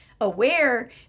aware